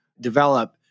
develop